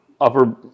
upper